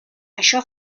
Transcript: això